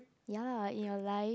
ya lah in your life